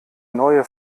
neue